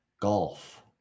golf